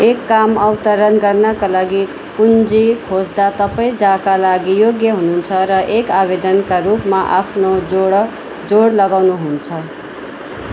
एक काम अवतरण गर्नाका लागि कुञ्जी खोज्दा तपाईँ जाका लागि योग्य हुनुहुन्छ र एक आवेदनका रूपमा आफ्नो जोड जोड लगाउनुहुन्छ